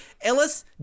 ellis